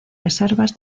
reservas